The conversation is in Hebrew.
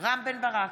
רם בן ברק,